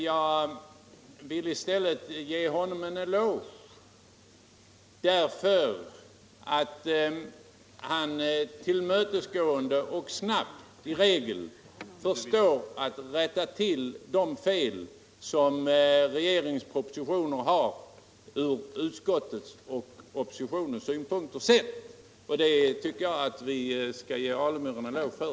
Jag vill i stället ge honom en eloge därför att han i regel förstår att snabbt och tillmötesgående rätta till de fel som regeringens propositioner har ur utskottets och oppositionens synpunkter sett. Det tycker jag alltså att vi skall ge herr Alemyr en eloge för.